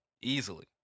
easily